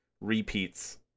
repeats